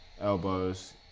Elbows